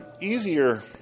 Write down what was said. easier